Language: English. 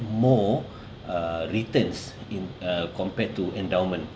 more uh returns in uh compared to endowment